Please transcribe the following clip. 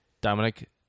Dominic